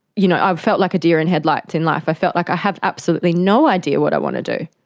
you know i felt like a deer in the headlights in life, i felt like i have absolutely no idea what i want to do.